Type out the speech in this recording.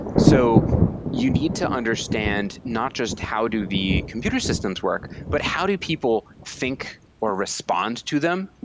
so you need to understand not just how do the computer systems work, but how do people think or respond to them.